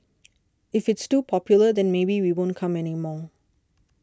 if it's too popular then maybe we won't come anymore